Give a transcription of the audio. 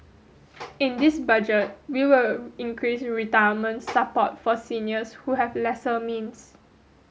in this budget we will increase retirement support for seniors who have lesser means